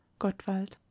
Gottwald